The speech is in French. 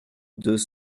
deux